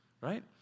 Right